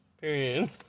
Period